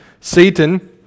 Satan